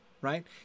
right